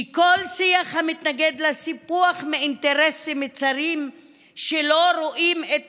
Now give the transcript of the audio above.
כי כל שיח המתנגד לסיפוח מאינטרסים צרים שלא רואים את